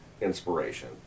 inspiration